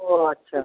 ও আচ্ছা